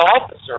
officer